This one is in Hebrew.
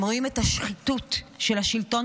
הם רואים את השחיתות של השלטון,